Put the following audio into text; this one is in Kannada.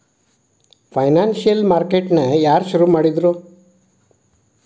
ಫೈನಾನ್ಸಿಯಲ್ ಮಾರ್ಕೇಟ್ ನ ಯಾರ್ ಶುರುಮಾಡಿದ್ರು?